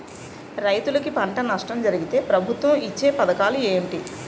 రైతులుకి పంట నష్టం జరిగితే ప్రభుత్వం ఇచ్చా పథకాలు ఏంటి?